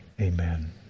Amen